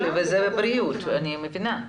אני מבינה.